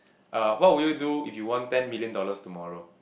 uh what would you do if you want ten million dollars tomorrow